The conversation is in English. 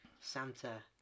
Santa